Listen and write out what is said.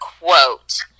quote